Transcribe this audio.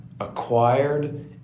acquired